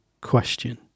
question